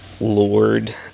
Lord